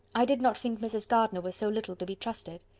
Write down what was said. i did not think mrs. gardiner was so little to be trusted.